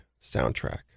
soundtrack